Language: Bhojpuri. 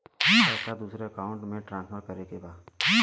पैसा दूसरे अकाउंट में ट्रांसफर करें के बा?